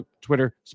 Twitter